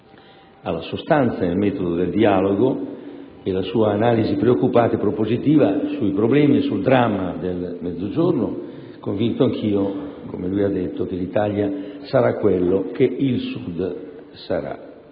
alla sostanza e al metodo del dialogo e la sua analisi preoccupata e propositiva sui problemi e sul dramma del Mezzogiorno, convinto anch'io, come lui ha detto, che l'Italia sarà quello che il Sud sarà.